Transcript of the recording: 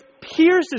pierces